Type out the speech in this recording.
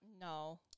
No